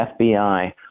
FBI